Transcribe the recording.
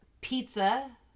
pizza